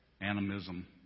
animism